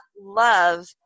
love